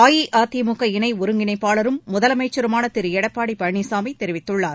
அஇஅதிமுக இணை ஒருங்கிணைப்பாளரும் முதலமைச்சருமான திரு எடப்பாடி பழனிசாமி தெரிவித்துள்ளார்